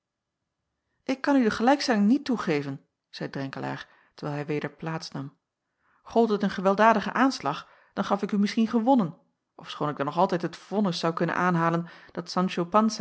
ik kan u de gelijkstelling niet toegeven zeî drenkelaer terwijl hij weder plaats nam gold het een gewelddadigen aanslag dan gaf ik u misschien gewonnen ofschoon ik dan nog altijd het vonnis zou kunnen aanhalen dat sancho